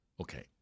Okay